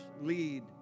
lead